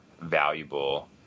valuable